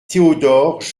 théodore